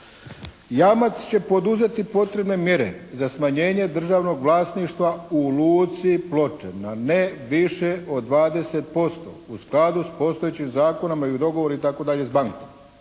jamac će poduzeti potrebne mjere za smanjenje državnog vlasništva u luci Ploče na ne više od 20% u skladu sa postojećim zakonima i u dogovoru itd. s bankom,".